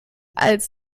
als